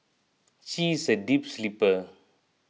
she is a deep sleeper